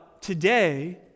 today